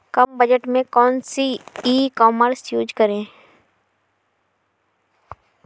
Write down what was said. कम budget में कौन सी ई कॉमर्स यूज़ करें?